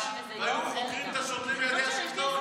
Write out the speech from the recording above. והיו חוקרים את השוטרים על ידי השלטון?